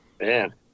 man